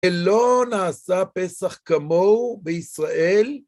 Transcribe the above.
שלא נעשה פסח כמוהו בישראל.